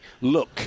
look